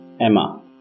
Emma